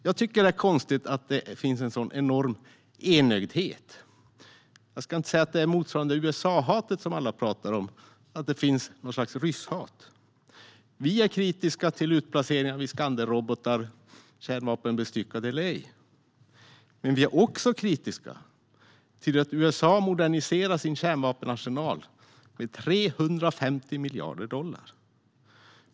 Jag tycker att det är konstigt att det finns en sådan enorm enögdhet. Jag ska inte säga att det motsvarar USA-hatet som alla talar om, att det finns något slags rysshat. Vi är kritiska till utplaceringen av Iskanderrobotar, kärnvapenbestyckade eller ej. Men vi är också kritiska till att USA moderniserar sin kärnvapenarsenal för 350 miljarder dollar.